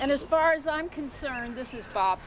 and as far as i'm concerned this is